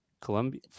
colombia